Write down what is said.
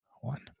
one